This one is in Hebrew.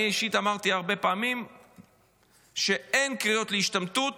אני אישית אמרתי הרבה פעמים שאין קריאות להשתמטות